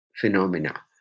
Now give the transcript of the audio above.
phenomena